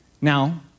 Now